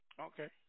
Okay